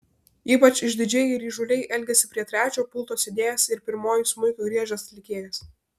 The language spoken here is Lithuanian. ypač išdidžiai ir įžūliai elgėsi prie trečio pulto sėdėjęs ir pirmuoju smuiku griežęs atlikėjas